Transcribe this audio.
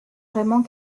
vraiment